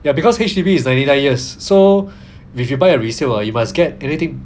ya because H_D_B is ninety nine years so if you buy a resale or you must get anything